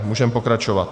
Můžeme pokračovat.